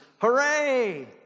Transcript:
hooray